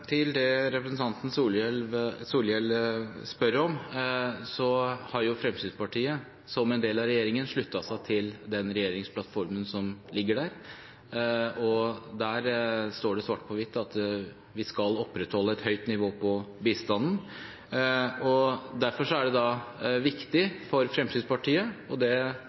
Til det representanten Solhjell spør om: Fremskrittspartiet har, som en del av regjeringen, sluttet seg til regjeringsplattformen, og der står det svart på hvitt at vi skal opprettholde et høyt nivå på bistanden. Derfor er det viktig for Fremskrittspartiet, og det